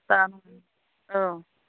जागोन औ